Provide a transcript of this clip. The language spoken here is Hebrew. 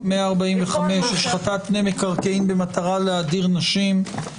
145) (השחתת פני מקרקעין במטרה להדיר נשים),